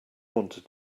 wanted